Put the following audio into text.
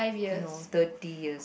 no thirty years